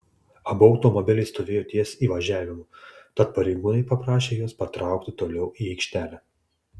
abu automobiliai stovėjo ties įvažiavimu tad pareigūnai paprašė juos patraukti toliau į aikštelę